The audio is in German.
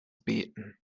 beten